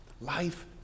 life